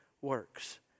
works